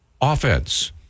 offense